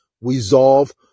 resolve